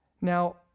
Now